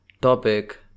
topic